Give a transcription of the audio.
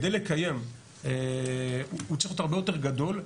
כדי לקיים הוא צריך להיות הרבה יותר גדול,